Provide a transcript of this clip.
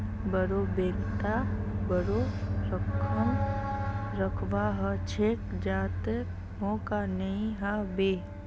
बोरो बैंकत बोरो रकम रखवा ह छेक जहात मोक नइ ह बे